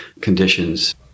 conditions